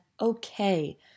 okay